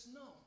no